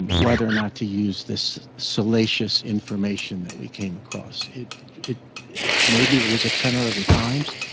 whether or not to use this salacious information that we came across. it it it maybe it was a tenor of the times.